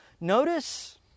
Notice